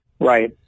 Right